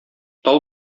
тал